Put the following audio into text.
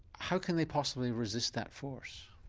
how can they possibly resist that force?